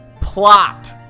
PLOT